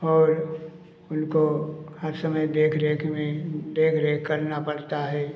और उनको हर समय देख रेख में देख रेख करना पड़ता है